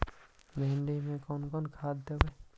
भिंडी में कोन खाद देबै?